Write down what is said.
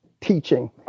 teaching